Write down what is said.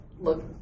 look